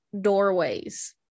doorways